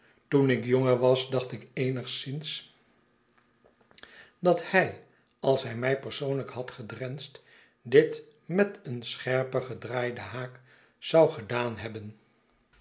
toen ik jonger was dacht ik eenigszins dat hij als hij my persoonlijk had gedrensd dit met een scherpen gedraaiden haak zou gedaan hebben